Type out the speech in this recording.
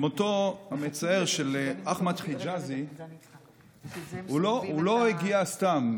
מותו המצער של אחמד חג'אזי לא הגיע סתם.